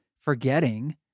forgetting